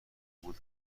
بود